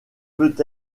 peut